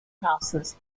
houses